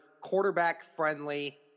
quarterback-friendly